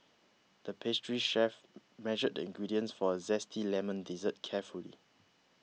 the pastry chef measured the ingredients for a Zesty Lemon Dessert carefully